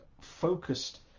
focused